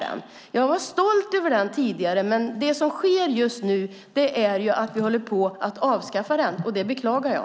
Jag var tidigare stolt över den, men det som nu sker är att vi håller på att avskaffa den. Det beklagar jag.